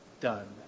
done